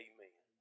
Amen